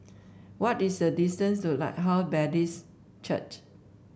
what is the distance to Lighthouse Baptist Church